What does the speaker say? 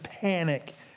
panic